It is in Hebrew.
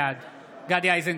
בעד גדי איזנקוט,